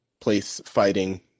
place-fighting